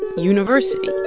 university.